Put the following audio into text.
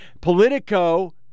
politico